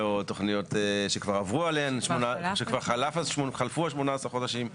או תוכניות שכבר חלפו 18 החודשים.